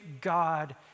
God